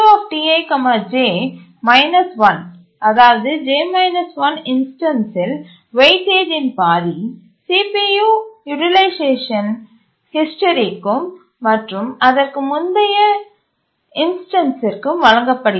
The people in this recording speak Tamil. CPUTij−1 அதாவது j 1 இன்ஸ்டன்ஸ்சில் வெயிட்டேஜின் பாதி CPU யூட்டிலைசேஷன் ஹிஸ்டரிக்கும் மற்றும் அதற்கு முந்தைய இன்ஸ்டன்ஸ்சிற்கும் வழங்கப்படுகிறது